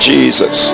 Jesus